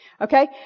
Okay